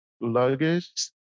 luggage